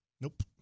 Nope